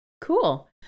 Cool